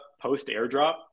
post-airdrop